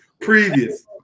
Previous